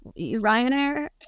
Ryanair